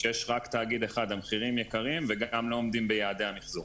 כשיש רק תאגיד אחד המחירים יקרים וגם לא עומדים ביעדי המיחזור.